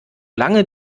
lange